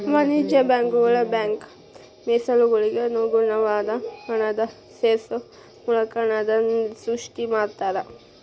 ವಾಣಿಜ್ಯ ಬ್ಯಾಂಕುಗಳ ಬ್ಯಾಂಕ್ ಮೇಸಲುಗಳಿಗೆ ಅನುಗುಣವಾದ ಹಣನ ಸೇರ್ಸೋ ಮೂಲಕ ಹಣನ ಸೃಷ್ಟಿ ಮಾಡ್ತಾರಾ